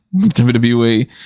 WWE